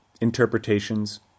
interpretations